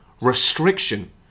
restriction